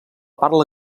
parla